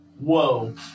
Whoa